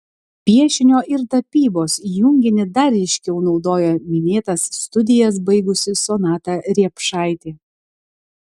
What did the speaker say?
piešinio ir tapybos junginį dar ryškiau naudoja minėtas studijas baigusi sonata riepšaitė